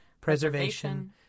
preservation